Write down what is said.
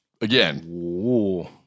again